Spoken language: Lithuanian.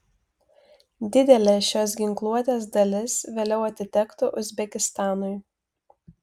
didelė šios ginkluotės dalis vėliau atitektų uzbekistanui